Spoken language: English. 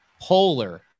polar